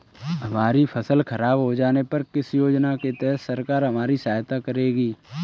हमारी फसल खराब हो जाने पर किस योजना के तहत सरकार हमारी सहायता करेगी?